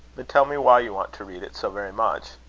but tell me why you want to read it so very much.